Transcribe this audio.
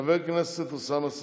חבר הכנסת אוסאמה סעדי.